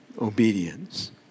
obedience